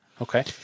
Okay